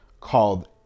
called